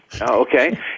okay